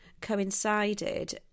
coincided